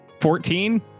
Fourteen